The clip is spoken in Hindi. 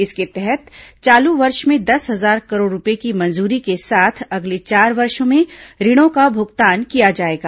इसके तहत चालू वर्ष में दस हजार करोड़ रुपये की मंजूरी के साथ अगले चार वर्षो में ऋणों का भुगतान किया जाएगा